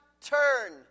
turn